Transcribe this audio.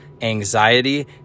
anxiety